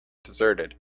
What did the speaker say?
deserted